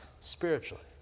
spiritually